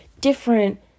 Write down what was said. different